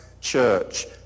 Church